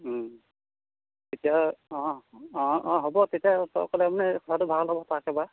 ও তেতিয়া অ অ অ হ'ব তেতিয়া তই ক'লে মানে কোৱাটো ভাল হ'ব তাক এবাৰ